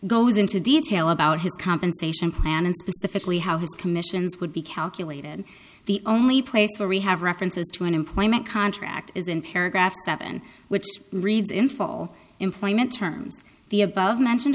goes into detail about his compensation plan and specifically how his commissions would be calculated the only place where we have references to an employment contract is in paragraph seven which reads in fall employment terms the above mentioned